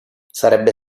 sarebbe